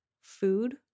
food